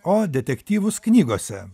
o detektyvus knygose